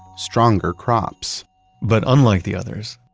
stronger crops but unlike the others,